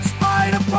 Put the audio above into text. Spider